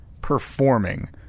performing